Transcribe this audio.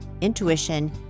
intuition